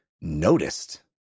noticed